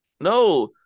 No